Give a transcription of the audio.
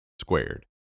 squared